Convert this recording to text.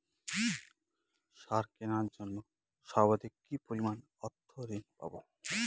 সার কেনার জন্য সর্বাধিক কি পরিমাণ অর্থ ঋণ পাব?